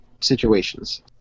situations